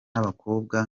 n’abakobwa